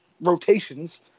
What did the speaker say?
rotations